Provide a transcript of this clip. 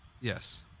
Yes